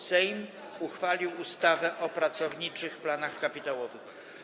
Sejm uchwalił ustawę o pracowniczych planach kapitałowych.